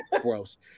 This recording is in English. gross